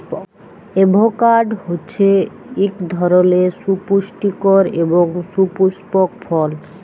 avocado হছে ইক ধরলের সুপুষ্টিকর এবং সুপুস্পক ফল